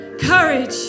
courage